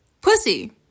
pussy